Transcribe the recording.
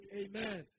amen